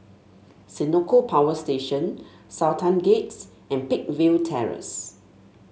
Senoko Power Station Sultan Gate and Peakville Terrace